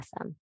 awesome